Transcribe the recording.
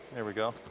there we go.